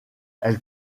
elle